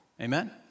Amen